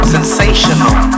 Sensational